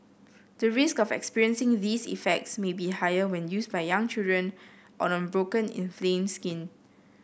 the risk of experiencing these effects may be higher when used by young children or on broken inflamed skin